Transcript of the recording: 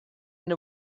and